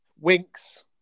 Winks